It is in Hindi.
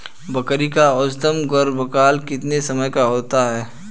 बकरी का औसतन गर्भकाल कितने समय का होता है?